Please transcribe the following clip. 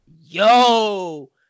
yo